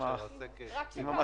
היום ועדה מסדרת בשעה 10:00. בבקשה,